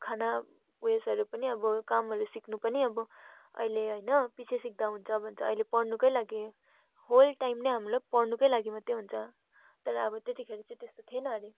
खाना उवेसहरू पनि अब कामहरू सिक्नु पनि अब अहिले होइन पिछे सिक्दा हुन्छ भन्छ अहिले पढ्नुकै लागि होल टाइम नै हामीलाई पढ्नुकै लागि मात्रै हुन्छ तर अब त्यतिखेर चाहिँ त्यस्तो थिएन अरे